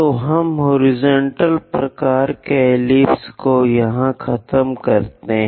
तो हम हॉरिजॉन्टल प्रकार के एलिप्स को यहाँ ख़तम करते है